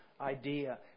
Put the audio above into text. idea